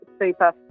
super